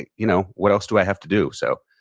and you know what else do i have to do? so,